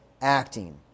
acting